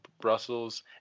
Brussels